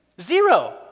zero